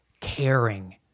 caring